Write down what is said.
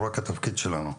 לא רק התפקיד שלנו.